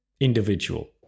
individual